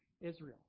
Israel